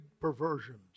perversions